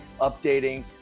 updating